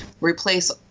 replace